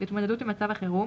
והתמודדות עם מצב החירום,